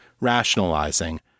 rationalizing